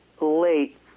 late